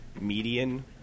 median